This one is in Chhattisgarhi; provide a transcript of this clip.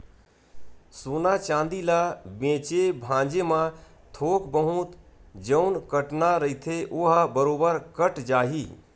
सोना चांदी ल बेंचे भांजे म थोक बहुत जउन कटना रहिथे ओहा बरोबर कट जाही